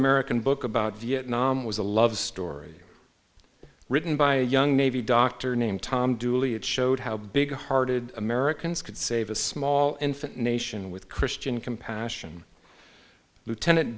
american book about vietnam was a love story written by a young navy doctor named tom dooley it showed how big hearted americans could save a small infant nation with christian compassion lieutenant